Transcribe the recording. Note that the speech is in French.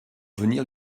venir